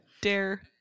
Dare